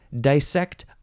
dissect